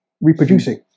reproducing